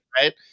Right